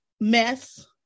mess